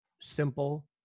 simple